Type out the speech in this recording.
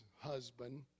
husband